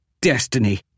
destiny